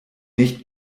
nicht